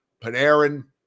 Panarin